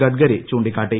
ഗഡ്കരി ചൂണ്ടിക്കാട്ടി